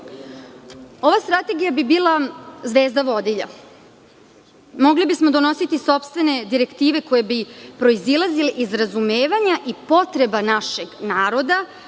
strategija bi bila zvezda vodilja i mogli bismo donositi sopstvene direktive koje bi proizilazile iz razumevanja i potrebe našeg naroda,